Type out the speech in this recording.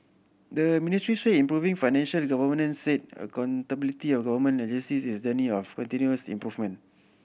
the Ministry said improving financial governance and accountability of government agencies is a journey of continuous improvement